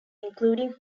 including